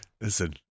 listen